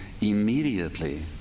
immediately